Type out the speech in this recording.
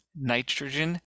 nitrogen